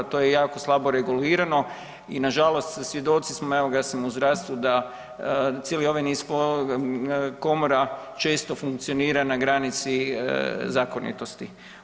To je jako slabo regulirano i nažalost svjedoci smo, evo ja sam u zdravstvu da cijeli ovaj niz komora često funkcionira na granici zakonitosti.